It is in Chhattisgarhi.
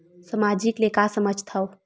सामाजिक ले का समझ थाव?